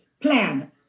plan